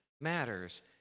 matters